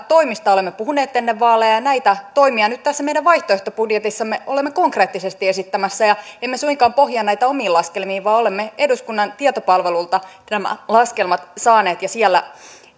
toimista olemme puhuneet ennen vaaleja ja näitä toimia nyt tässä meidän vaihtoehtobudjetissamme olemme konkreettisesti esittämässä emme suinkaan pohjaa näitä omiin laskelmiin vaan olemme eduskunnan tietopalvelulta nämä laskelmat saaneet ja siellä